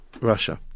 Russia